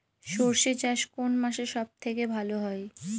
সর্ষে চাষ কোন মাসে সব থেকে ভালো হয়?